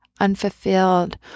unfulfilled